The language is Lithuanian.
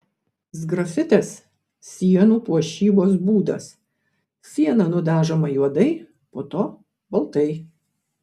sgrafitas sienų puošybos būdas siena nudažoma juodai po to baltai